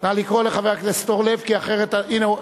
נא לקרוא לחבר הכנסת אורלב, כי אחרת, הנה הוא.